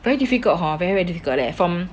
very difficult hor very difficult leh from